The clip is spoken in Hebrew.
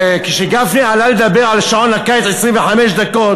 כשגפני עלה לדבר על שעון הקיץ 25 דקות,